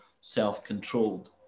self-controlled